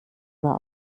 war